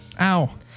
Ow